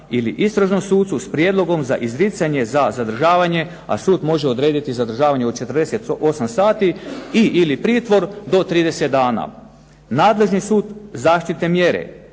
ili istražnom sucu s prijedlogom za izricanje za zadržavanje a sud može odrediti zadržavanje od 48 sati i/ili pritvor do 30 dana. Nadležni sud zaštitne mjere